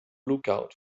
lookout